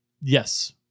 yes